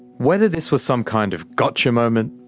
whether this was some kind of gotcha moment,